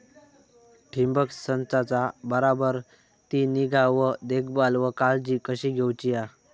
ठिबक संचाचा बराबर ती निगा व देखभाल व काळजी कशी घेऊची हा?